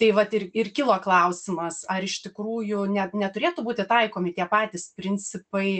tai vat ir ir kilo klausimas ar iš tikrųjų ne neturėtų būti taikomi tie patys principai